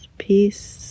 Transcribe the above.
peace